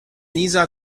lisa